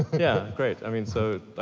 yeah, great. i mean so,